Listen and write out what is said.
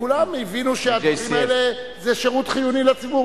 כולם הבינו שהדברים האלה זה שירות חיוני לציבור.